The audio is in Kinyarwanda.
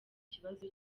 kibazo